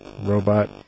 robot